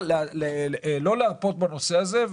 אסור להרפות בנושא הזה.